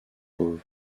cove